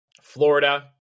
Florida